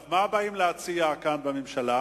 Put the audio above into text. מה באים להציע כאן בממשלה?